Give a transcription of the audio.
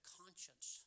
conscience